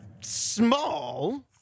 Small